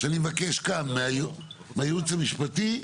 אני מבקש כאן מהייעוץ המשפטי,